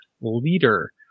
Leader